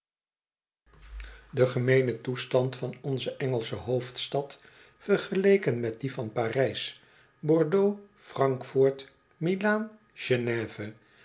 de gemeene toestand van onze ëngelsche hoofdstad vergeleken met dien van parijs bordeaux frankfort milaan gene